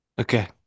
Okay